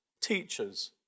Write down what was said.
teachers